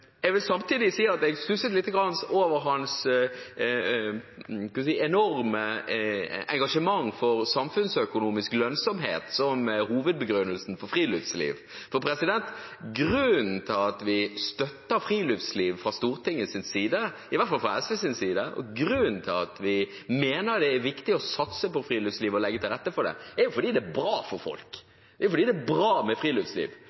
Jeg vil samtidig si at jeg stusset lite grann over hans enorme engasjement for samfunnsøkonomisk lønnsomhet som hovedbegrunnelse for friluftsliv. Grunnen til at vi fra Stortingets side – i hvert fall fra SVs side – støtter friluftsliv, og grunnen til at vi mener det er viktig å satse på friluftsliv og legge til rette for det, er at det er bra for folk, og at det er bra med friluftsliv.